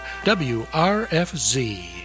WRFZ